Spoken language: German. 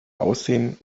aussehen